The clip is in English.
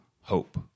hope